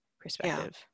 perspective